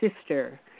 sister